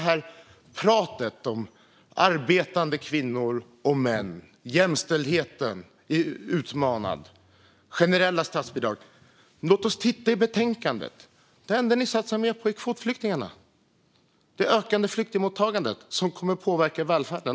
Ni pratar om arbetande kvinnor och män, om att jämställdheten är utmanad och om generella statsbidrag. Men låt oss titta i betänkandet! Det enda ni satsar mer på är kvotflyktingarna, ett ökat flyktingmottagande som också kommer att påverka välfärden.